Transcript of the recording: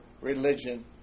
religion